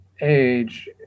age